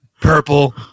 Purple